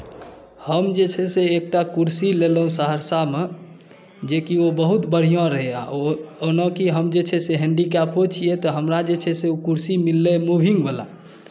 हम जे छै से एकटा कुरसी लेलहुँ सहरसामे जे कि ओ बहुत बढ़िआँ रहै आ ओहो ओनाकि हम जे छै हैंडिकैपो छियै तऽ हमरा जे छै से ओ कुरसी मिललै मूविंगवला